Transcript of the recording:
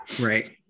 right